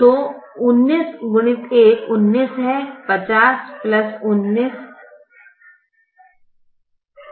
तो 19x1 19 है 50 19 69 है